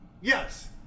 Yes